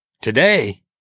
Today